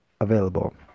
available